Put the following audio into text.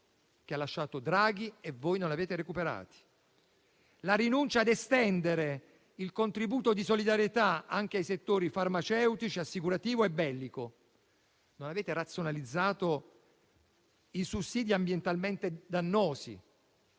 che ha lasciato Draghi e che voi non avete recuperato; la rinuncia ad estendere il contributo di solidarietà anche ai settori farmaceutici, assicurativo e bellico. Non avete razionalizzato i sussidi ambientalmente dannosi,